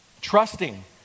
Trusting